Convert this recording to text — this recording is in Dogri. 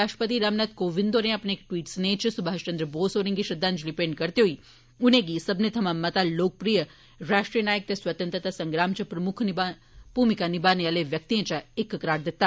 राष्ट्रपति रामनाथ कोविंद होरें अपने इक्क ट्वीट स्नेह च सुभाष चन्द्र बोस होरें श्रद्वांजलि भैंट करदे होई उनेंगी सब्बनें थमां मता लोकप्रिय राष्ट्रीय नायक ते स्वतंत्रता संग्राम च प्रमुक्ख भूमिका निभाने आलें व्यक्तियें चा इक करार दिता